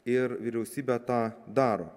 ir vyriausybė tą daro